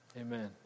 Amen